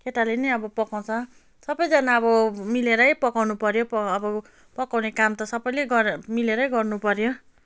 केटाले नि अब पकाउँछ सबैजाना अब मिलेरै पकाउँनु पऱ्यो अब पकाउँने काम त सबैले गर् मिलेरै गर्नुपऱ्यो